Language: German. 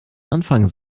anfangen